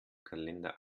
kalender